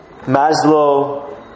Maslow